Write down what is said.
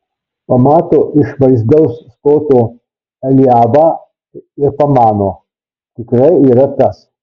pamato išvaizdaus stoto eliabą ir pamano tikrai yra tas